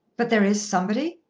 but there is somebody?